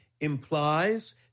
implies